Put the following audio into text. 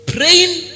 Praying